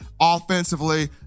offensively